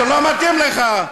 זה לא מתאים לך.